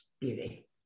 beauty